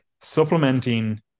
supplementing